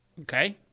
Okay